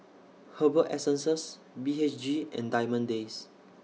Herbal Essences B H G and Diamond Days